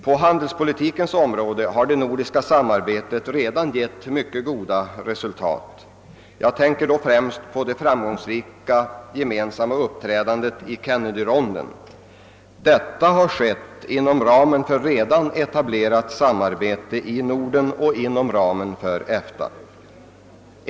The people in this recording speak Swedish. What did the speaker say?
På handelspolitikens område har det nordiska samarbetet redan gett mycket goda resultat. Jag tänker då främst på det framgångsrika gemensamma uppträdandet i Kennedyronden. Detta kunde ske inom ramen för redan etablerat samarbete i Norden och inom EFTA.